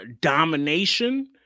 Domination